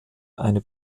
eine